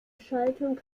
schaltung